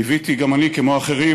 ליוויתי גם אני למנוחות,